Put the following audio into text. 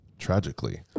tragically